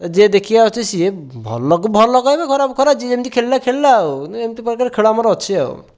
ଯିଏ ଦେଖି ଆସୁଛି ସିଏ ଭଲକୁ ଭଲ କହିବେ ଯିଏ ଯେମିତି ଖେଳିଲା ଆଉ ଏମିତି ପ୍ରକାର ଆମର ଖେଳ ଅଛି ଆଉ